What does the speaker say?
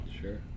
Sure